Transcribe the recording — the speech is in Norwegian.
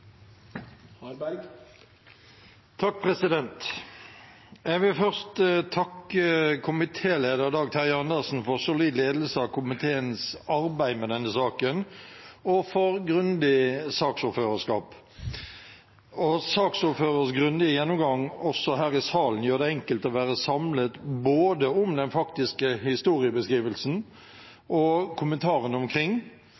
Jeg vil først takke komitéleder Dag Terje Andersen for solid ledelse av komiteens arbeid med denne saken, og for grundig saksordførerskap. Saksordførerens grundige gjennomgang også her i salen gjør det enkelt å være samlet om både den faktiske